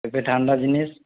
পেঁপে ঠান্ডা জিনিস